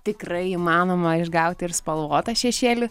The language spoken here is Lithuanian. tikrai įmanoma išgauti ir spalvotą šešėlį